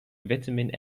vitamin